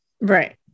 Right